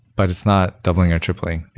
but is not doubling or tripling.